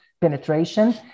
penetration